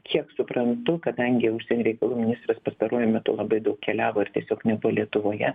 kiek suprantu kadangi užsienio reikalų ministras pastaruoju metu labai daug keliavo ir tiesiog nebuvo lietuvoje